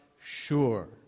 sure